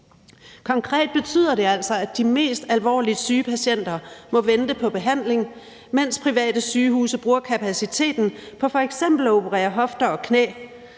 Konkret betyder det altså, at de mest alvorligt syge patienter må vente på behandling, mens private sygehuse bruger kapaciteten på f.eks. at operere hofter og knæ.